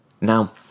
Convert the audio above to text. Now